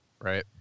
Right